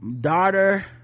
daughter